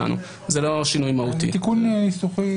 של חברי כנסת מהאופוזיציה והקואליציה